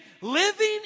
living